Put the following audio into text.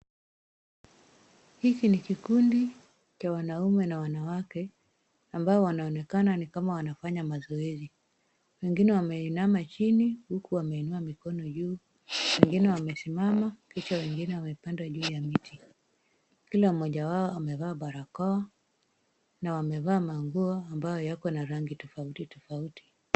Hiki ni kikundi cha wanaume na wanawake ambao wanaonekana ni kama wanafanya mazoezi, wengine wameinama chini huku wameinua mikono juu, wengine wamesimama, kisha wengine wamepanda juu ya miti. Kila mmoja wao amevaa barakoa na wamevaa nguo ambazo ziko na rangi tofauti tofauti.